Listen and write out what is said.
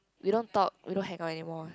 we don't talk we don't hang out anymore